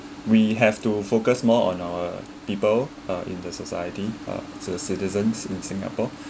we have to focus more on our people uh in the society uh to citizens in singapore